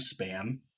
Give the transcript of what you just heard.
Spam